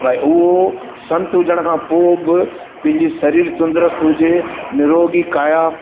भाई उहो संत हुजण खां पोइ बि पंहिंजी शरीर तुंदरस्तु हुजे निरोगी काया